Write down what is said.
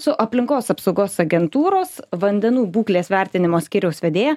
su aplinkos apsaugos agentūros vandenų būklės vertinimo skyriaus vedėja